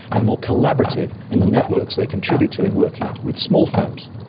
and more collaborative in the networks they contribute to in working with small firms.